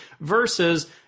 versus